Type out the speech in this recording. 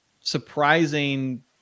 surprising